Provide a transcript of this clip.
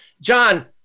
John